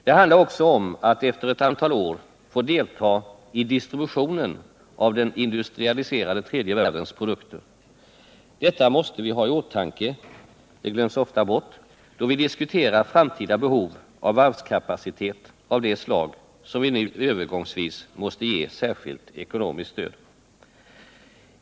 Det handlar också om att efter ett antal år få delta i distributionen av den industrialiserade tredje världens produkter. Detta måste vi ha i åtanke —det glöms ofta bort — då vi diskuterar framtida behov av varvskapacitet av det slag som vi nu övergångsvis måste ge särskilt ekonomiskt stöd.